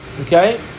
okay